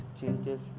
changes